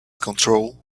control